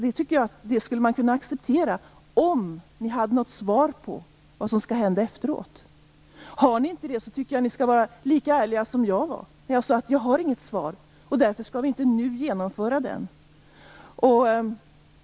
Det skulle man kunna acceptera om ni hade något svar på frågan vad som skall hända efteråt. Om inte, tycker jag att ni skall vara lika ärliga som jag var. Jag sade att jag inte hade något svar, och därför skulle man nu inte införa någon bortre parentes.